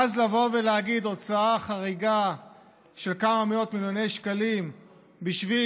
ואז באים ואומרים: הוצאה חריגה של כמה מאות מיליוני שקלים בשביל